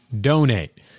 donate